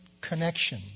connection